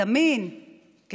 זמין וקרוב לאירוע,